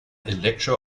electro